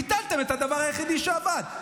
ביטלתם את הדבר היחיד שעבד.